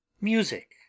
Music